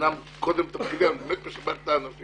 קודם לתפקידי, אבל אני משבח את האנשים